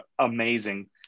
Amazing